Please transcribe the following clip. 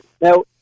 Now